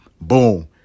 Boom